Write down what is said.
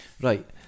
Right